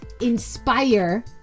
inspire